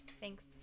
Thanks